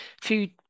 food